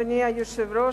אדוני היושב-ראש,